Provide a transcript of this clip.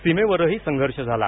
सीमेवरही संघर्ष झाला